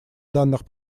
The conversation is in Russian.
данных